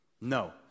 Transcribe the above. No